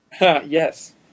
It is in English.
Yes